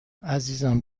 عزیزم